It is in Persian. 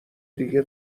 دیگه